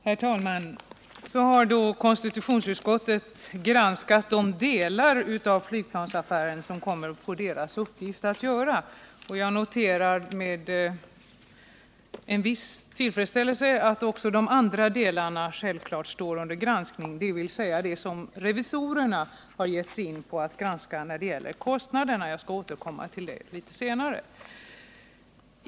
Herr talman! Så har då konstitutionsutskottet granskat de delar av flygplansaffären som det varit dess uppgift att granska. Jag noterar med en viss tillfredsställelse att också de andra delarna självfallet står under granskning—bl.a. det som revisorerna har gett sig på att granska när det gäller kostnaderna. Till det skall jag återkomma litet senare.